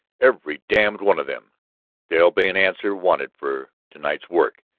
every damned one of them there'll be an answer wanted for to-night's work.